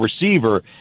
receiver